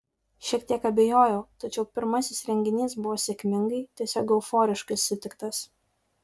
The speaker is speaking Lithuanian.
šiek tiek abejojau tačiau pirmasis renginys buvo sėkmingai tiesiog euforiškai sutiktas